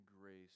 grace